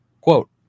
Quote